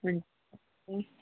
हुन्छ हुन्